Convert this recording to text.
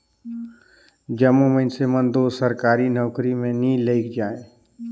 जम्मो मइनसे मन दो सरकारी नउकरी में नी लइग जाएं